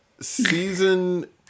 season